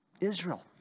Israel